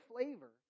flavor